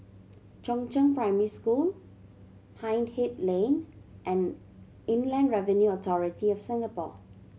Chongzheng Primary School Hindhede Lane and Inland Revenue Authority of Singapore